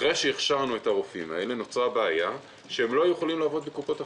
אחרי שהכשרנו את הרופאים האלה הם לא יכלו לעבוד בקופות החולים.